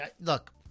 look